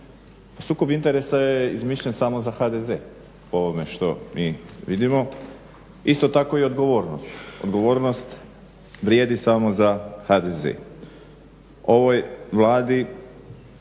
Sukob interesa je izmišljen samo za HDZ po ovome što mi vidimo, isto tako i odgovornost. Odgovornost vrijedi samo za HDZ. Ovoj Vladi